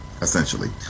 essentially